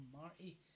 Marty